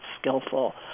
skillful